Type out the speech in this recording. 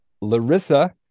Larissa